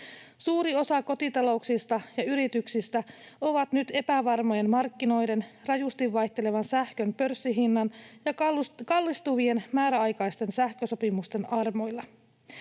Suuri osa kotitalouksista ja yrityksistä on nyt epävarmojen markkinoiden, rajusti vaihtelevan sähkön pörssihinnan ja kallistuvien määräaikaisten sähkösopimusten armoilla.